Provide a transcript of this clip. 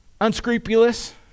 unscrupulous